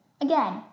Again